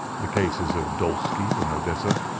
the cases of dolsky in odessa,